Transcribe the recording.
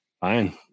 fine